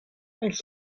das